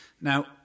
Now